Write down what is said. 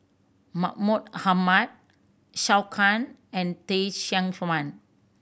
Mahmud Ahmad Zhou Can and Teh Cheang Wan